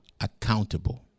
accountable